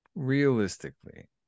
Realistically